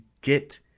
get